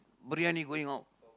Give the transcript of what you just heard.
biryani going out